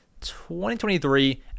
2023